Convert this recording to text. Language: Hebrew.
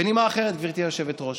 בנימה אחרת, גברתי היושבת-ראש,